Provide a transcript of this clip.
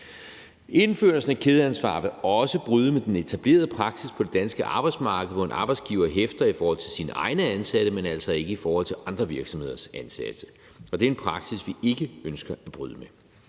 Indførelsen af kædeansvar vil også bryde med den etablerede praksis på det danske arbejdsmarked, hvor en arbejdsgiver hæfter i forhold til sine egne ansatte, men altså ikke i forhold til andre virksomheders ansatte. Det er en praksis, vi ikke ønsker at bryde med.